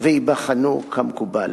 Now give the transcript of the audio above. וייבחנו כמקובל.